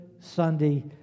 Sunday